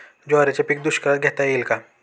ज्वारीचे पीक दुष्काळात घेता येईल का?